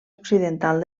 occidental